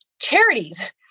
charities